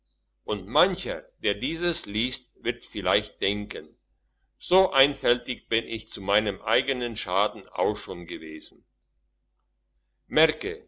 und mancher der dieses liest wird vielleicht denken so einfältig bin ich zu meinem eigenen schaden auch schon gewesen